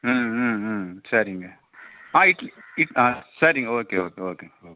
ம் ம் ம் சரிங்க ஆ இட் இட் ஆ சரிங்க ஓகே ஓகே ஓகேங்க ஓக்